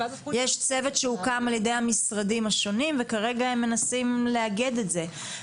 יש צוות שהוקם על ידי המשרדים השונים וכרגע הם מנסים לאגד את זה.